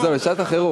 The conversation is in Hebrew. זהו, לשעת החירום.